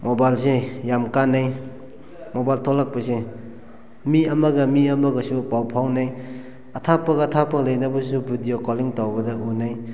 ꯃꯣꯕꯥꯏꯜꯁꯦ ꯌꯥꯝ ꯀꯥꯟꯅꯩ ꯃꯣꯕꯥꯏꯜ ꯊꯣꯂꯛꯄꯁꯦ ꯃꯤ ꯑꯃꯒ ꯃꯤ ꯑꯃꯒꯁꯨ ꯄꯥꯎ ꯐꯥꯎꯅꯩ ꯑꯊꯥꯞꯄꯒ ꯑꯊꯥꯞꯄꯒ ꯂꯩꯅꯕꯁꯨ ꯚꯤꯗꯤꯑꯣ ꯀꯣꯂꯤꯡ ꯇꯧꯕꯗ ꯎꯅꯩ